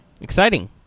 Exciting